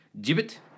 Gibbet